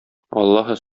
аллаһы